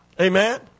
Amen